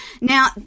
Now